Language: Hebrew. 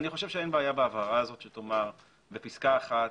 אני חושב שאין בעיה בהעברה הזאת, שתאמר בפסקה (1)